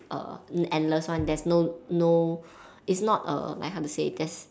err endless one there's no no it's not err like how to say there's